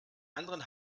anderen